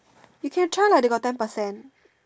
you can try lah they got ten percent